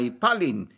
palin